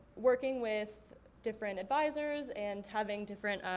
working with different advisors and having different